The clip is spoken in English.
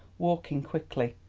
walking quickly.